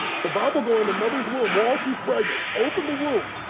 so bob will go in the mother's womb while she's pregnant, open the womb,